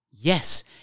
Yes